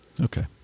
Okay